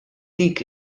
dik